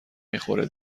میخوره